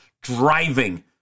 driving